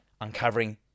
uncovering